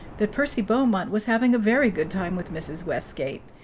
that percy beaumont was having a very good time with mrs. westgate,